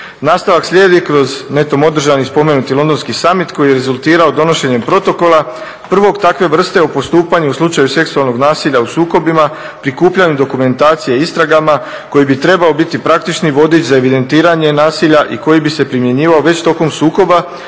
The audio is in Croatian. Nastavak slijedi kroz netom održani i spomenuti londonski summit koji je rezultirao donošenjem protokola prvog takve vrste o postupanju u slučaju seksualnog nasilja u sukobima, prikupljanju dokumentacije i istragama koji bi trebao biti praktični vodič za evidentiranje nasilja i koji bi se primjenjivao već tokom sukoba